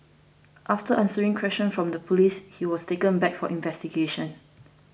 after answering questions from the police he was taken back for investigations